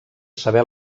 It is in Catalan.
saber